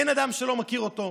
אין אדם שלא מכיר אותו,